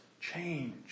change